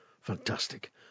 Fantastic